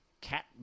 cat